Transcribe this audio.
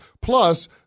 Plus